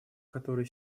которые